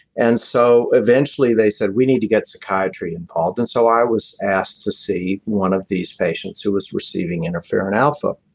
and so eventually they said we need to get psychiatry involved. and so i was asked to see one of these patients who was receiving interferon alpha